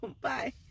bye